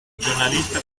giornalista